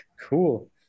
Cool